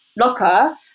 locker